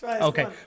Okay